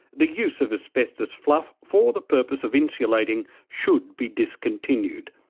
the use of asbestos fluff for the purpose of insulating should be discontinued,